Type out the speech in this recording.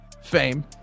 fame